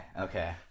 okay